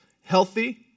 healthy